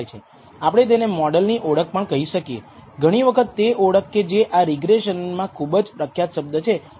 તેથી આ પ્રથમ પગલું છે કે તમે ખરેખર પરીક્ષણ કરશો કે મોડેલ સારું છે કે નહીં